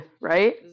right